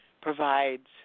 provides